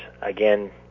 Again